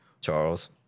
Charles